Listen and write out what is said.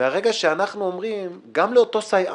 מרגע שאנחנו אומרים שגם לאותו סייען,